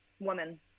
Woman